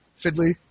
fiddly